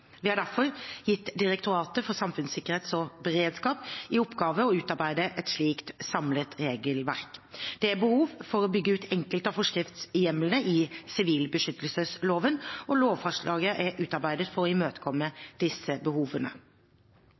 Vi har derfor gitt Direktoratet for samfunnssikkerhet og beredskap i oppgave å utarbeide et slikt samlet regelverk. Det er behov for å bygge ut enkelte av forskriftshjemlene i sivilbeskyttelsesloven, og lovforslaget er utarbeidet for å imøtekomme disse behovene.